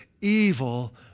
evil